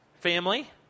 Family